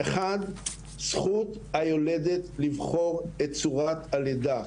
זכות היולדת לבחור את צורת הלידה.